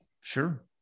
Sure